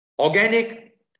Organic